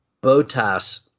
botas